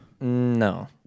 No